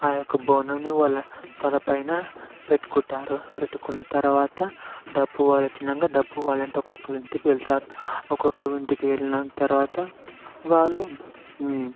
ఆ యొక్క బోనంని వాళ్ళ తలపైన పెట్టుకుంటారు పెట్టుకున్న తర్వాత డప్పు వాళ్ళు వచ్చినాకా డప్పు వాళ్ళు ఇంటికి ఒక్కొక్క ఇంటికి వెళ్తారు ఒక్కొక్క ఇంటికి వెళ్ళిన తర్వాత వాళ్ళు